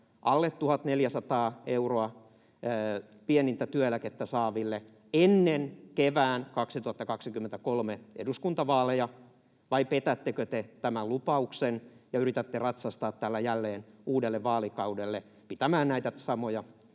alle 1 400 euroa saaville ennen kevään 2023 eduskuntavaaleja, vai petättekö te tämän lupauksen ja yritätte ratsastaa tällä jälleen uudelle vaalikaudelle pitämään näitä samoja